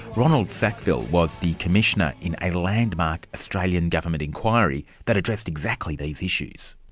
ronald sackville was the commissioner in a landmark australian government inquiry that addressed exactly these issues.